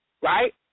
right